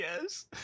Yes